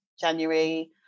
January